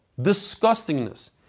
disgustingness